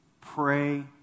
Pray